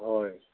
হয়